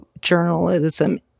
journalism